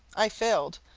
i failed,